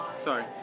Sorry